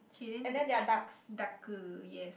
okay then darker yes